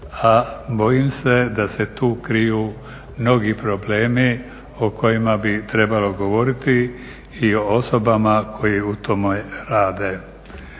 a bojim se da se tu kriju mnogi problemi o kojima bi trebalo govoriti i o osobama koje u tome rade.